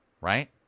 Right